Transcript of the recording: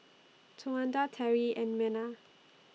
Towanda Teri and Mena